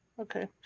okay